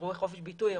אירועי חופש ביטוי,